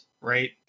right